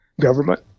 government